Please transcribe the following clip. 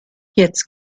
jetzt